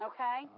Okay